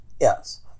yes